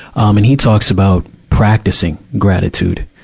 um and he talks about practicing gratitude.